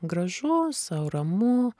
gražu sau ramu